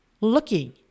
looking